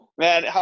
Man